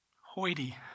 hoity